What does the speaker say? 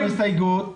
אנחנו הגשנו הסתייגות,